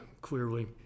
clearly